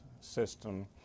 system